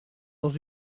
dans